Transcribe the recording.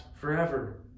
forever